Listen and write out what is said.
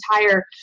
entire